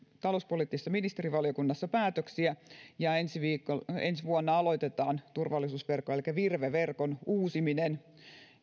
talouspoliittisessa ministerivaliokunnassa päätöksiä ja ensi vuonna aloitetaan turvallisuusverkon elikkä virve verkon uusiminen